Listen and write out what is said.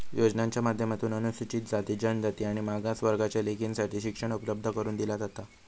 योजनांच्या माध्यमातून अनुसूचित जाती, जनजाति आणि मागास वर्गाच्या लेकींसाठी शिक्षण उपलब्ध करून दिला जाता